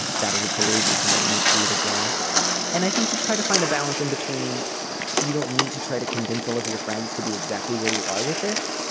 um that is a totally reasonable limit for you to draw and i think to try to find a balance in between you don't need to try to convince all of your friends to be exactly where you are with this.